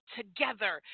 together